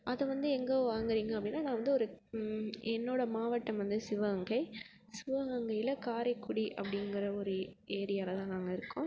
அது வந்து எங்கே வாங்குறீங்க அப்படின்னா நான் வந்து ஒரு என்னோடய மாவட்டம் வந்து சிவகங்கை சிவகங்கையில் காரைக்குடி அப்படிங்குற ஒரு ஏரியாவில தான் நாங்கள் இருக்கோம்